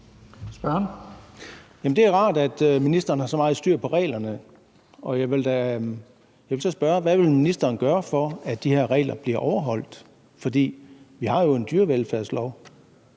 Det er rart, at ministeren har så meget styr på reglerne. Jeg vil så spørge: Hvad vil ministeren gøre, for at de her regler bliver overholdt? For vi har jo en dyrevelfærdslov.